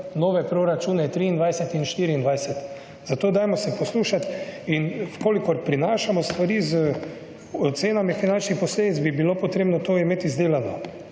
nove proračune, 23 in 24. Zato dajmo se poslušat in v kolikor prinašamo stvari z ocenami finančnih posledic, bi bilo potrebno to imet izdelano.